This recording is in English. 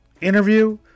interview